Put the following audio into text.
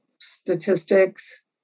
Statistics